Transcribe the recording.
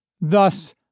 Thus